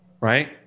right